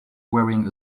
wearing